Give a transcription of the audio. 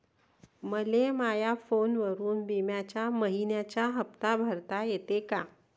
मले माया फोनवरून बिम्याचा मइन्याचा हप्ता भरता येते का?